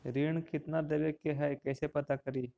ऋण कितना देवे के है कैसे पता करी?